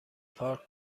پارک